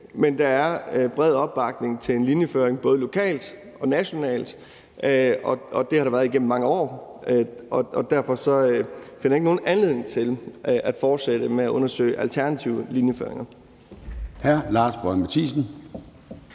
evne. Der er bred opbakning til en linjeføring både lokalt og nationalt, og det har der været igennem mange år. Derfor finder jeg ikke nogen anledning til at fortsætte med at undersøge alternative linjeføringer.